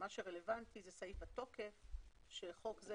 מה שרלוונטי זה סעיף התוקף ש"חוק זה,